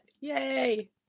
Yay